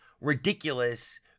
ridiculous